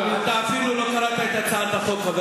אתה אפילו לא קראת את הצעת החוק.